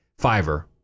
Fiverr